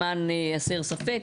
למען הסר ספק.